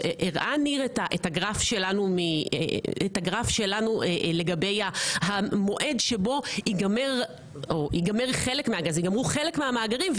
הראה ניר את הגרף שלנו לגבי המועד שבו ייגמרו חלק מהמאגרים של הגז,